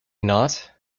not